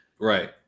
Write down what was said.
right